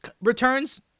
returns